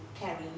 carry